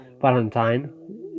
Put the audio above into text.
Valentine